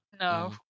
No